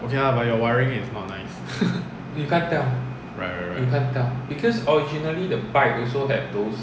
okay lah but your wiring is not nice right right right